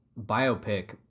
biopic